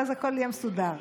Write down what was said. ואז הכול יהיה מסודר.